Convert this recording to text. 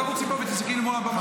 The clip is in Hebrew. את לא תרוצי פה ותצעקי לי מול הבמה.